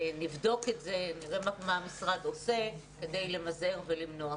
נבדוק את זה ונראה מה המשרד עושה כדי למזער ולמנוע.